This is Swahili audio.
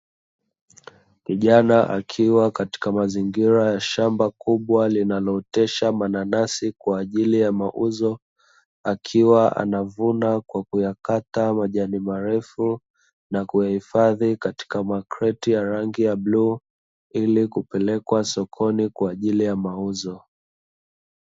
Kijana akiwa katika mazingira ya shamba kubwa linalootesha mananasi kwa ajili ya mauzo, akiwa anavuna kwa kuyakata majani marefu, na kuyahifadhi katika makreti ya rangi ya bluu, ili kupelekwa sokoni kwa ajili ya mauzo.